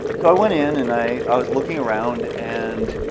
so i went in and i i was looking around and